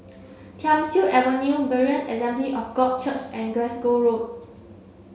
Thiam Siew Avenue Berean Assembly of God Church and Glasgow Road